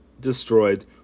destroyed